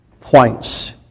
points